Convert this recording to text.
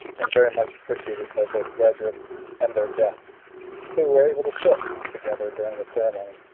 and very much appreciated by both graduates and their guests who were able to sit together during the ceremony.